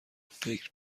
فکر